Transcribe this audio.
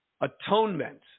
Atonement